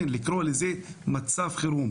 לקרוא לזה מצב חירום.